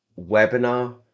webinar